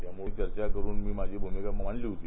त्यामुळे चर्चा करून मी माझी भूमिका मांडली होती